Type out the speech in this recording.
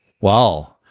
Wow